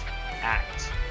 Act